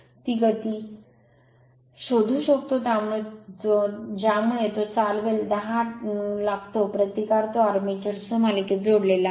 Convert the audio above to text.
तो गती शोधू शकतो ज्यामुळे तो चालवेल 10 take लागतो प्रतिकार तो आर्मेचर सह मालिकेत जोडलेला आहे